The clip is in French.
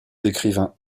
décrivent